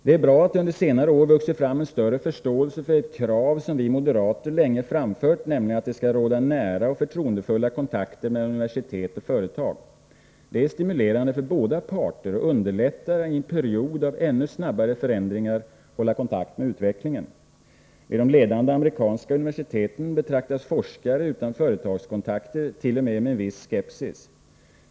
Det är bra att det under senare år vuxit fram en större förståelse för ett krav som vi moderater länge framfört, nämligen att det skall råda nära och förtroendefulla kontakter mellan universitet och företag. Det är stimulerande för båda parter och underlättar att i en period av ännu snabbare förändringar hålla kontakt med utvecklingen. Vid de ledande amerikanska universiteten betraktas forskare utan företagskontakter t.o.m. med viss skepsis.